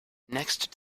next